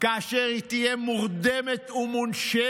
למכונת הנשמה כאשר היא תהיה מורדמת ומונשמת.